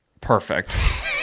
Perfect